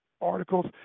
articles